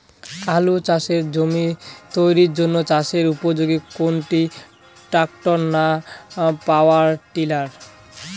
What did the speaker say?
আলু চাষের জমি তৈরির জন্য চাষের উপযোগী কোনটি ট্রাক্টর না পাওয়ার টিলার?